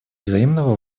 взаимного